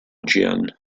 jian